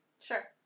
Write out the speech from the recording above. Sure